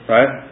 Right